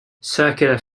circular